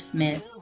Smith